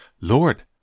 Lord